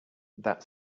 that